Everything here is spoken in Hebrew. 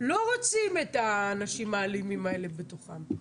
לא רוצים את האנשים האלימים האלה בתוכם.